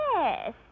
Yes